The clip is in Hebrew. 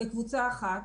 מעט אתך,